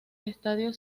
estadio